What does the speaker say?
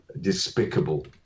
despicable